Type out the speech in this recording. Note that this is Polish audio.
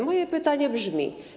Moje pytanie brzmi.